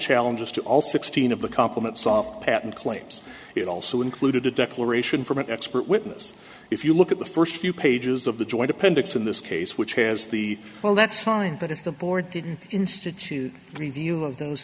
challenges to all sixteen of the compliment soft patent claims it also included a declaration from an expert witness if you look at the first few pages of the joint appendix in this case which has the well that's fine but if the board didn't institute review of those